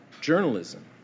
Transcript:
journalism